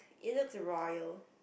you know the royal